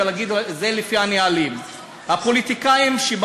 של שר הפנים ולאפשר לו את המשך הפיילוט לעוד תשעה